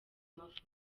mafoto